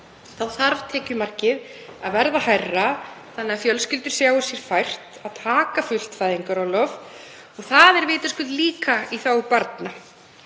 þarf tekjumarkið að verða hærra þannig að fjölskyldur sjái sér fært að taka fullt fæðingarorlof. Það er vitaskuld líka í þágu barna